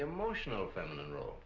emotional feminine role